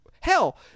hell